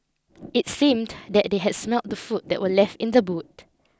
it seemed that they had smelt the food that were left in the boot